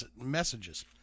messages